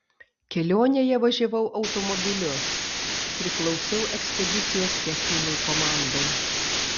kelionėje važiavau automobiliu priklausiau ekspedicijos techninei komandai